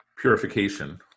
purification